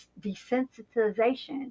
desensitization